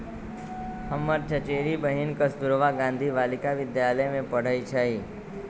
हमर चचेरी बहिन कस्तूरबा गांधी बालिका विद्यालय में पढ़इ छइ